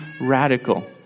radical